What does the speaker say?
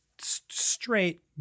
straight